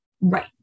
Right